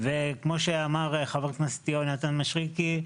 וכמו שאמר חבר הכנסת יונתן מישרקי,